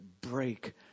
break